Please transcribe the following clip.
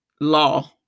law